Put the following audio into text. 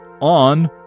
On